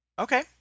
Okay